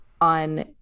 on